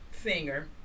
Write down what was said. singer